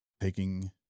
taking